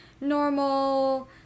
normal